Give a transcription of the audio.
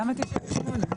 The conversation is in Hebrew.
למה סעיף 98?